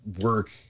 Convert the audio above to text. work